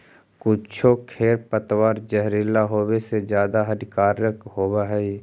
कुछो खेर पतवार जहरीला होवे से ज्यादा हानिकारक होवऽ हई